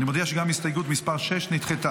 אני מודיע שגם הסתייגות מס' 6 נדחתה.